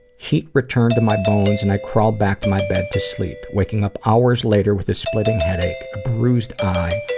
heat returned to my bones and i crawled back to my bed to sleep, waking up hours later with a splitting headache, a bruised eye,